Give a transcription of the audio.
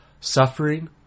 suffering